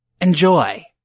enjoy